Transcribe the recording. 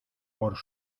por